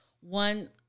One